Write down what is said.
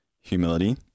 humility